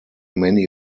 many